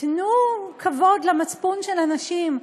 תנו כבוד למצפון של אנשים,